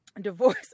divorce